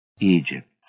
Egypt